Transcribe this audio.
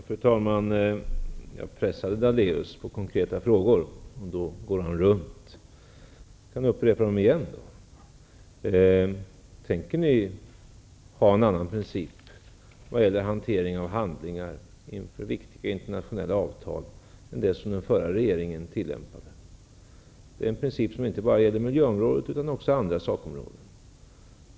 Fru talman! Jag pressade Lennart Daléus med konkreta frågor. Då gick han runt. Jag får väl upprepa dem igen. Tänker ni tillämpa en annan pricip när det gäller hanteringen av handlingar inför viktiga internationella avtal än den som den förra regeringen tillämpade? Det är en princip som inte bara gäller miljöområdet, utan också andra sakområden.